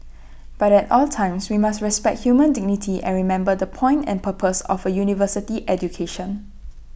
but at all times we must respect human dignity and remember the point and purpose of A university education